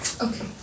Okay